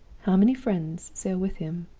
how many friends sail with him